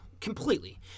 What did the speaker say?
completely